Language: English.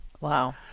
Wow